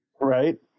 right